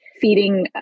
feeding